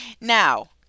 now